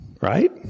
Right